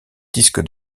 disque